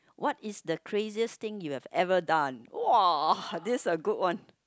what is the craziest thing you have ever done !wah! this a good one